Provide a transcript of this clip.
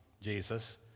Jesus